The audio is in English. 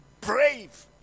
brave